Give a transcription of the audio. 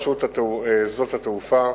3. מה יעשה משרד התחבורה בעניין?